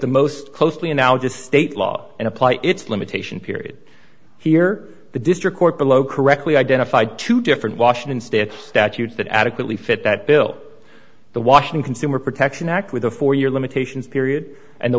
the most closely analogous state law and apply its limitation period here the district court below correctly identified two different washington state statutes that adequately fit that bill the washing consumer protection act with a four year limitations period and the